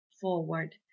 forward